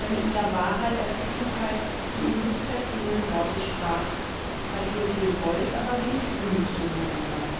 der mit mehr wahrheit als klugheit die ihm nicht verziehenen worte sprach daß hier viel gold aber wenig ruhm zu holen sei